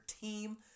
team